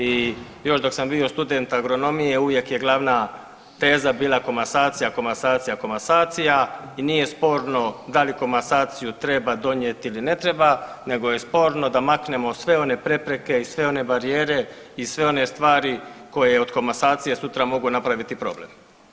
I još dok sam bio studen agronomije uvijek je glavna teza bila komasacija, komasacija, komasacija i nije sporno da li komasaciju treba donijeti ili ne treba nego je sporno da maknemo sve one prepreke i sve one barijere i sve one stvari koje od komasacije sutra mogu napraviti problem.